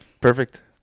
Perfect